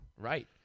Right